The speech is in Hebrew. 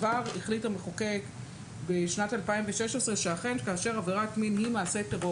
כבר המחוקק החליט בשנת 2016 שאכן כאשר עבירת מין היא מעשה טרור